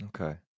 Okay